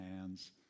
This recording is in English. hands